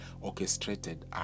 orchestrated